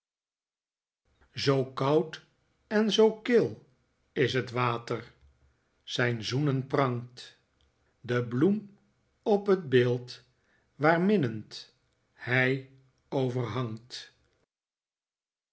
zoo koud en zoo kil is het water zijn zoenen prangt de bloem op het beeld waar minnend hij over hangt